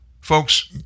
Folks